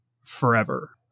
forever